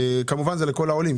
כמובן לגבי כל העולים,